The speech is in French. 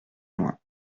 loin